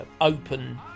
open